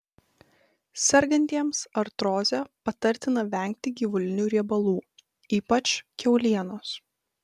sergantiems artroze patartina vengti gyvulinių riebalų ypač kiaulienos